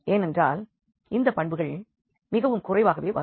ஏனென்றால் இதன் பண்புகள் மிகவும் குறைவாகவே வரும்